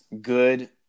good